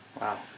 Wow